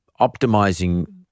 optimizing